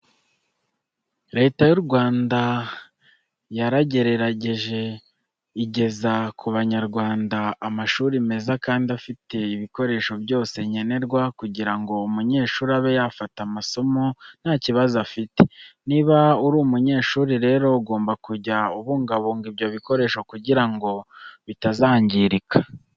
Leta y'u Rwanda yaragerageje igeza ku Banyarwanda amashuri meza kandi afite ibikoresho byose nkenerwa kugira ngo umunyeshuri abe yafata amasomo nta kibazo afite. Niba uri umunyeshuri rero ugomba kujya ubungabunga ibyo bikoresho kugira ngo bitazangirika.